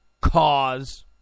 cause